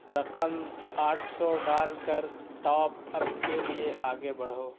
رقم آٹھ سو ڈال کر ٹاپ اپ کے لیے آگے بڑھو